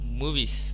movies